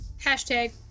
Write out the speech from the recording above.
Hashtag